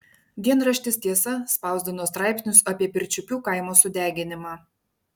dienraštis tiesa spausdino straipsnius apie pirčiupių kaimo sudeginimą